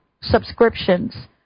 subscriptions